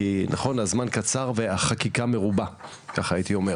כי נכון הזמן קצר והחקיקה מרובה, ככה הייתי אומר.